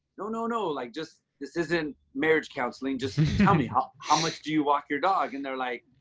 no, no, no. like just, this isn't marriage counseling. just tell me, how how much do you walk your dog? and they're like,